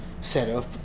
setup